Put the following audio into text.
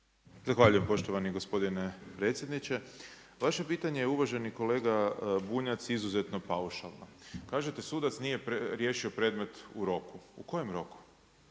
Zahvaljujem poštovani gospodine predsjedniče. Vaše je pitanje uvaženi kolega Bunjac izuzetno paušalno. Kažete sudac nije riješio predmet u roku. U kojem roku,